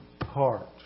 heart